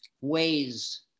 ways